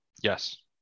Yes